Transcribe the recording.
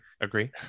Agree